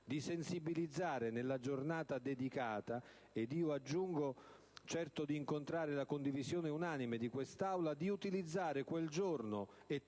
di sensibilizzare nella giornata dedicata e - io aggiungo, certo di incontrare la condivisione unanime di quest'Aula - di utilizzare quel giorno e